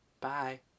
bye